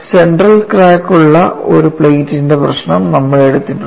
central crack ഉള്ള ഒരു പ്ലേറ്റിന്റെ പ്രശ്നം നമ്മൾ എടുത്തിട്ടുണ്ട്